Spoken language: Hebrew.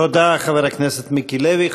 תודה, חבר הכנסת מיקי לוי.